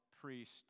priest